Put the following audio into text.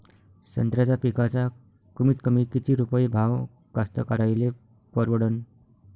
संत्र्याचा पिकाचा कमीतकमी किती रुपये भाव कास्तकाराइले परवडन?